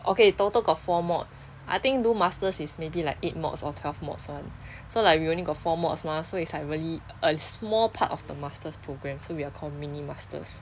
okay total got four mods I think do masters is maybe like eight mods or twelve mods [one] so like we only got four mods mah so it's really a small part of the master's program so we are called mini masters